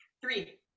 Three